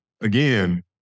again